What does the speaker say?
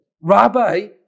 rabbi